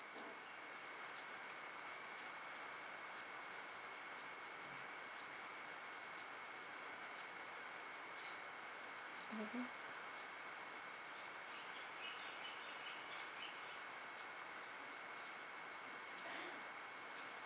mmhmm